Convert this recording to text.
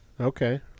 Okay